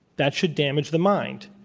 that should damage the mind.